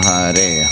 Hare